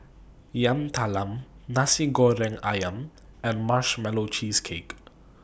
Yam Talam Nasi Goreng Ayam and Marshmallow Cheesecake